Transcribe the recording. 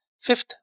fifth